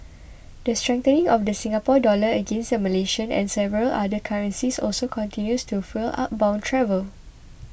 the strengthening of the Singapore Dollar against the Malaysian and several other currencies also continues to fuel outbound travel